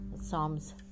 Psalms